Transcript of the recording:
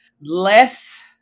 less